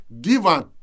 given